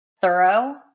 thorough